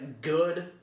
good